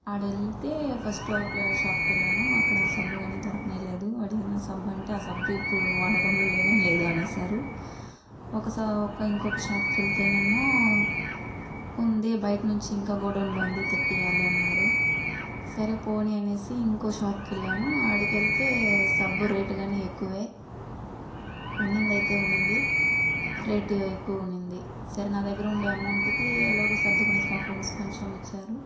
ఆడ వెళితే ఫస్ట్ ఒక షాప్కి వెళ్ళాను అక్కడ సబ్బు కాని దొరకనే లేదు అడిగిన సబ్బు అంటే ఆ సబ్బు ఇప్పుడు వాడకంలో లేనేలేదు అనేసారు ఒక ఇంకొక షాప్కి వెళ్తేనేమో ఉంది బయట నుంచి ఇంకా గోడౌన్లో ఉంది తెప్పియాలి అన్నారు సరే పోనీ అనేసి ఇంకో షాప్కి వెళ్ళాను అడికి వెళ్తే సబ్బు రేట్ కానీ ఎక్కువే ఉన్నింది అయితే ఉన్నింది రేట్ ఎక్కువ ఉన్నింది సరే నా దగ్గర ఉండే అమౌంట్కి ఎలాగో సర్దుకునేసి మా ఫ్రెండ్స్ కొంచెం ఇచ్చారు